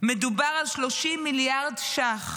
מדובר על 30 מיליארד שקלים.